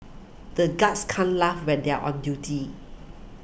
the guards can't laugh when they are on duty